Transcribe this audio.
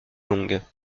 longues